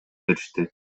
беришти